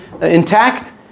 intact